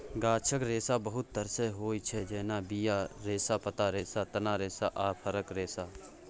गाछक रेशा बहुत तरहक होइ छै जेना बीया रेशा, पात रेशा, तना रेशा आ फरक रेशा